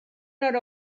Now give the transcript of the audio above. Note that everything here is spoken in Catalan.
nord